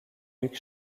luc